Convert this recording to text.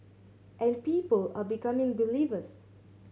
and people are becoming believers